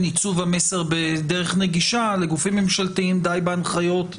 עיצוב המסר בדרך נגישה לגופים ממשלתיים די בהנחיות ממשלתיות,